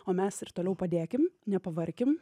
o mes ir toliau padėkim nepavarkim